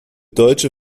deutsche